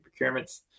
procurements